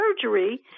surgery